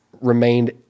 remained